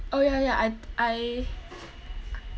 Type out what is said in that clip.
oh ya ya I I